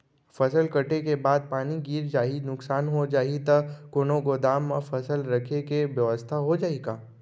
फसल कटे के बाद पानी गिर जाही, नुकसान हो जाही त कोनो गोदाम म फसल रखे के बेवस्था हो जाही का?